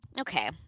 Okay